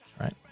right